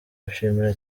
ashimira